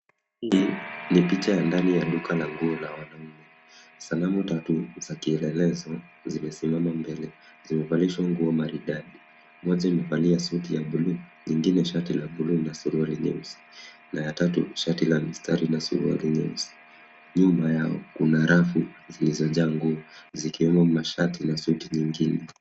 Hili ni picha ya ndani ya duka la nguo la wanaume. Sanamu tatu za kielelezo zimesimama mbele, zimevalishwa nguo maridadi. Moja imevalia suti ya buluu, nyingine shati la buluu na suruali nyeusi. Na ya tatu shati la mistari na suruali nyeusi. Nyuma yao kuna rafu zilizojaa nguo, zikiwemo mashati na suti nyingine.